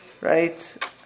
right